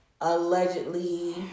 allegedly